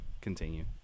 continue